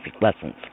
lessons